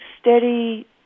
steady